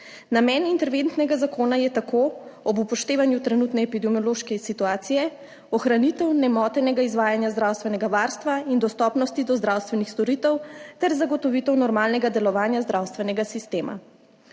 Namen interventnega zakona je tako, ob upoštevanju trenutne epidemiološke situacije, ohranitev nemotenega izvajanja zdravstvenega varstva in dostopnosti do zdravstvenih storitev ter zagotovitev normalnega delovanja zdravstvenega sistema.